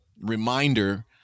reminder